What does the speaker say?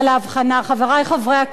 חברי חברי הכנסת,